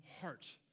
heart